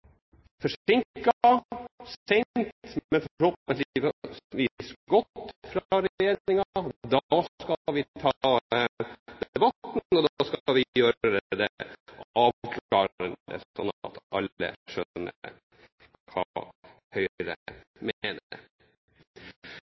forsinket, seint, men forhåpentligvis godt – fra regjeringen. Da skal vi ta debatten, og da skal vi avklare det slik at alle skjønner hva Høyre mener. Så til representanten Heggø om det med økonomi og arbeidsplasser. Nå blir det